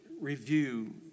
review